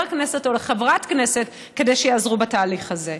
כנסת או לחברת כנסת כדי שיעזרו בתהליך הזה.